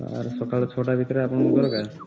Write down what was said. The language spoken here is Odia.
ସାର୍ ସକାଳ ଛଅଟା ଭିତରେ ଆପଣଙ୍କୁ ଦରକାର